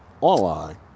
online